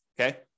okay